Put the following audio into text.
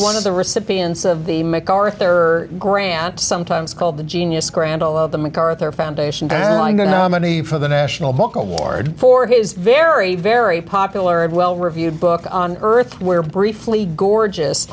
one of the recipients of the macarthur grant sometimes called the genius grant all of the macarthur foundation money for the national book award for his very very popular and well reviewed book on earth were briefly gorgeous